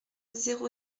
zéro